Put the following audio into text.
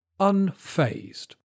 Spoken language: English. Unfazed